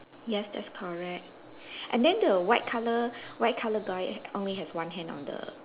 yes that's correct and then the white colour white colour guy only has one hand on the